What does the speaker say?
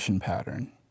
Pattern